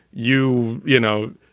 you you know,